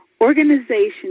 Organization